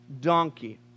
donkey